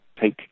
Take